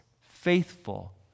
faithful